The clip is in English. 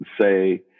say